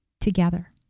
together